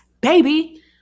Baby